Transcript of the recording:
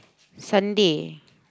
Sunday